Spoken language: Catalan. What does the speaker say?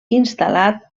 instal·lat